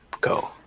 go